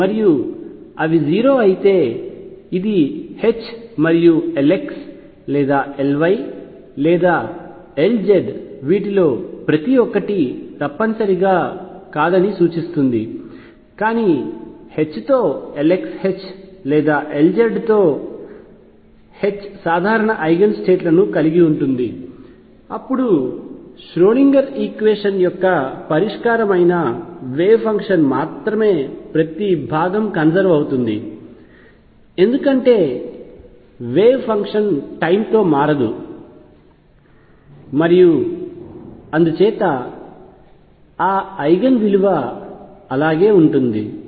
మరియు అవి 0 అయితే ఇది H మరియు Lx లేదా Ly లేదా Lz వీటిలో ప్రతి ఒక్కటి తప్పనిసరిగా కాదని సూచిస్తుంది కానీ H తో Lx H లేదా Lz తో H సాధారణ ఐగెన్ స్టేట్ లను కలిగి ఉంటుంది అప్పుడు ష్రోడింగర్ ఈక్వేషన్ యొక్క పరిష్కారం అయిన వేవ్ ఫంక్షన్ మాత్రమే ప్రతి భాగం కన్సర్వ్ అవుతుంది ఎందుకంటే వేవ్ ఫంక్షన్ టైమ్ తో మారదు మరియు అందుచేత ఆ ఐగెన్ విలువ అలాగే ఉంటుంది